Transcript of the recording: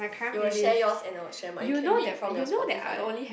you will share yours and I will share mine can read from your Spotify